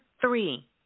three